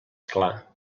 clar